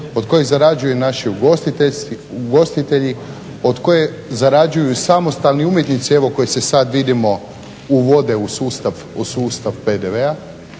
od kojih zarađuju naši ugostitelji, od koje zarađuju i samostalni umjetnici evo koji se sada vidimo uvode u sustav PDV-a.